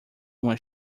uma